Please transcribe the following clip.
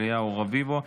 אליהו רביבו,